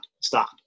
stop